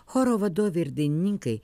choro vadovė ir dainininkai